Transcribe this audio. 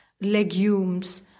legumes